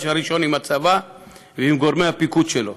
הראשון עם הצבא ועם גורמי הפיקוד שלו.